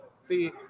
See